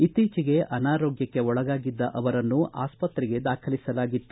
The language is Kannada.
ಇತ್ತೀಚೆಗೆ ಅನಾರೋಗ್ಯಕ್ಷೆ ಒಳಗಾಗಿದ್ದ ಅವರನ್ನು ಆಸ್ಪತ್ತೆಗೆ ದಾಖಲಿಸಲಾಗಿತ್ತು